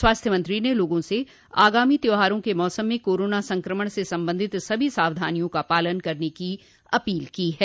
स्वास्थ्य मंत्री ने लोगों से आगामी त्योहारों के मौसम में कोरोना संक्रमण से संबंधित सभी सावधानियों का पालन करने की अपील की है